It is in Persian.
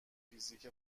فیزیک